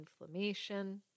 inflammation